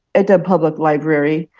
eta public library,